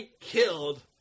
killed